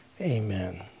Amen